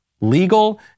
legal